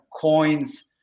coins